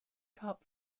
cup